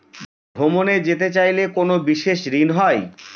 ভ্রমণে যেতে চাইলে কোনো বিশেষ ঋণ হয়?